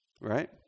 Right